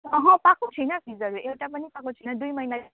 अहँ पाएको छुइनँ फिसहरू एउटा पनि पाएको छुइनँ दुई महिना